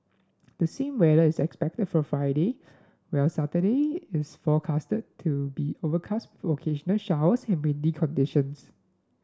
the same weather is expected for Friday while Saturday is forecast to be overcast occasional showers and windy conditions